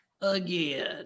again